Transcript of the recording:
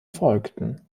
folgten